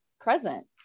present